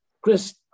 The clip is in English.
Chris